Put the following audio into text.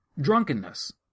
drunkenness